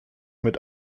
mit